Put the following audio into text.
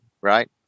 right